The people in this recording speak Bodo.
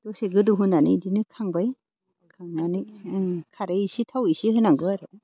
दसे गोदौ होनानै इदिनो खांबाय खांनानै खारै एसे थाव एसे होनांगौ आरो